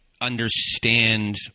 understand